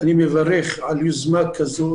אני מברך על היוזמה הזאת.